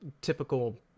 typical